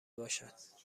باشد